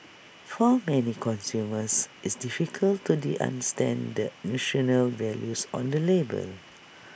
for many consumers it's difficult to they understand nutritional values on the label